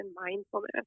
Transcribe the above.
mindfulness